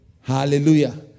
Hallelujah